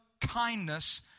kindness